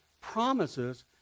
promises